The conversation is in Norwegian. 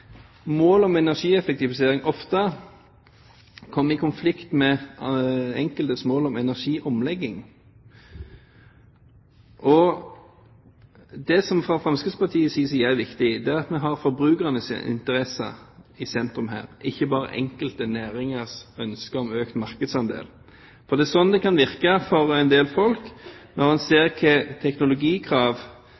mål om energieffektivisering ofte kommer i konflikt med enkeltes mål om energiomlegging. Det som fra Fremskrittspartiets side er viktig, er at vi har forbrukernes interesse i sentrum her – ikke bare enkelte næringers ønske om økt markedsandel. For det er sånn det kan virke for en del folk når en ser